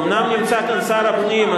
אומנם נמצא כאן שר הפנים,